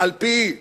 על-פי